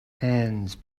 hands